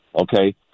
okay